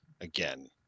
again